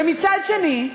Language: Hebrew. ומצד שני,